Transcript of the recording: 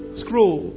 scroll